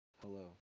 hello